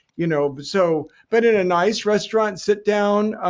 you know but so but in a nice restaurant, sit down, ah